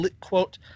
quote